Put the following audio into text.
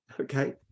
okay